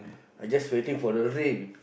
I just waiting for the rain